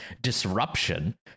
disruption